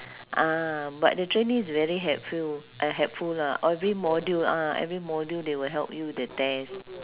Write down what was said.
ah but the training is very helpful uh helpful lah every module ah every module they will help you with the test